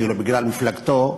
בגלל מפלגתו,